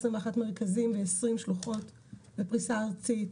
21 מרכזים ל-20 שלוחות בפריסה ארצית,